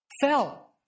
Fell